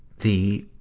the,